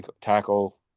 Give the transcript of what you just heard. tackle